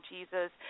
Jesus